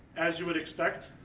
as you would expect.